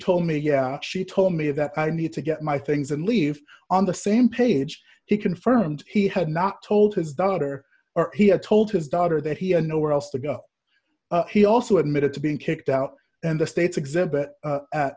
told me she told me that i need to get my things and leave on the same page he confirmed he had not told his daughter he had told his daughter that he had nowhere else to go he also admitted to being kicked out and the state's exhibit a